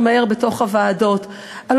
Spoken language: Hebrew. מהר בתוך הוועדות צריכה להיות של כולנו.